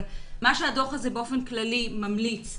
מה שהדוח הזה באופן כללי ממליץ,